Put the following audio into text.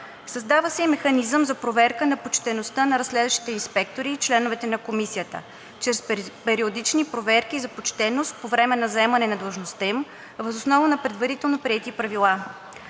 Създава се и механизъм за проверка на почтеността на разследващите инспектори и членовете на Комисията чрез периодични проверки за почтеност по време на заемане на длъжността им въз основа на предварително приети правила.